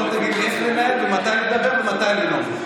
אתה לא תגיד לי איך לנהל ומתי לדבר ומתי לנאום.